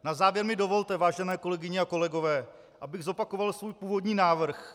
Na závěr mi dovolte, vážené kolegyně a kolegové, abych zopakoval svůj původní návrh.